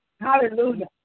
Hallelujah